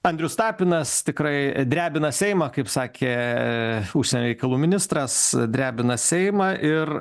andrius tapinas tikrai drebina seimą kaip sakė užsienio reikalų ministras drebina seimą ir